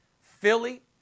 Philly